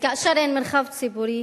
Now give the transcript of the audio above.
וכאשר אין מרחב ציבורי